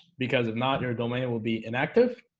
because if not your domain will be inactive